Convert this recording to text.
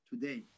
today